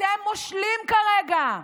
אתם מושלים כרגע.